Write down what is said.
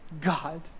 God